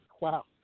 Wow